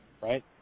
right